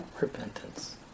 Repentance